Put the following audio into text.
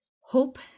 hope